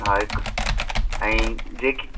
हा हिकु ऐं जेकी